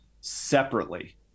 separately